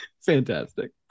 Fantastic